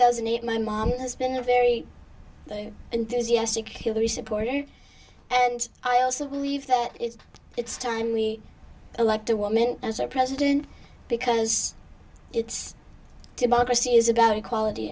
thousand and eight my mom has been a very enthusiastic hillary supporter and i also believe that it's it's time we elect a woman as our president because it's democracy is about equality